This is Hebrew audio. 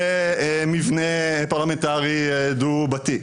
למבנה פרלמנטרי דו-בתי,